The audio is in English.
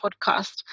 podcast